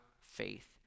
faith